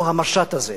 או המשט הזה.